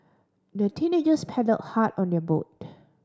the teenagers paddled hard on their boat